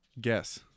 Guess